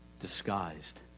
Disguised